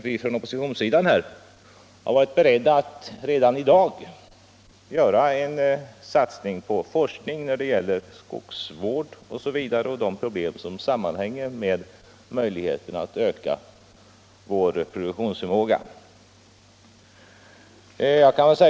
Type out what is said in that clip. Vi från oppositionssidan har därför varit beredda att redan i dag göra en satsning på forskning när det gäller skogsvården och de problem som sammanhänger med möjligheterna att öka produktionsförmågan.